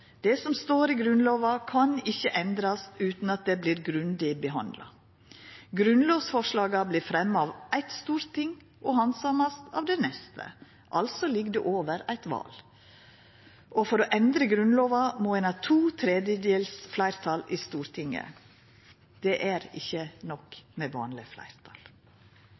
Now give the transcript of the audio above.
Det som står i Grunnlova, kan ikkje endrast utan at det vert grundig behandla. Grunnlovsforslaga vert fremja av eitt storting og handsama av det neste, altså ligg det over eit val. Og for å endra Grunnlova må ein ha to tredels fleirtal i Stortinget, det er ikkje nok med vanleg fleirtal.